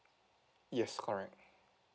yes correct